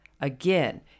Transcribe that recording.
Again